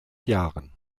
jahren